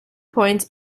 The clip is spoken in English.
points